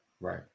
Right